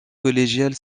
collégiale